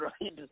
right